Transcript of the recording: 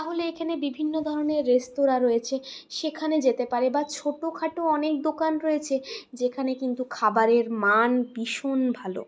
তাহলে এখানে বিভিন্ন ধরনের রেস্তোরাঁ রয়েছে সেখানে যেতে পারে বা ছোট খাটো অনেক দোকান রয়েছে যেখানে কিন্তু খাবারের মান ভীষণ ভালো